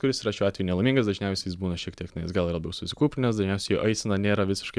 kuris yra šiuo atveju nelaimingas dažniausiai jis būna šiek tiek na jis gal ir labiau susikūprinęs dažniausiai jo aisena nėra visiškai